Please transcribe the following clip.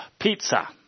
pizza